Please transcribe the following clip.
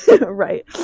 right